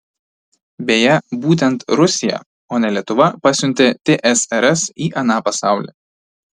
beje būtent rusija o ne lietuva pasiuntė tsrs į aną pasaulį